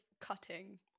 cutting